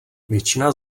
většina